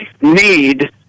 need